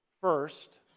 First